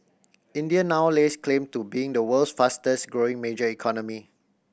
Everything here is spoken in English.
India now lays claim to being the world's fastest growing major economy